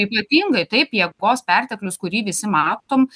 ypatingai taip jėgos perteklius kurį visi matom